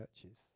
churches